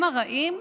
הם הרעים?